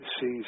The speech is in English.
sees